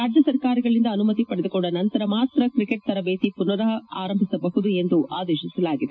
ರಾಜ್ಯ ಸರ್ಕಾರಗಳಿಂದ ಅನುಮತಿ ಪಡೆದುಕೊಂಡ ನಂತರ ಮಾತ್ರ ಕ್ರಿಕೆಟ್ ತರಬೇತಿ ಪುನಃ ಆರಂಭಿಸಬಹುದು ಎಂದು ಆದೇಶಿಸಲಾಗಿದೆ